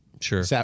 Sure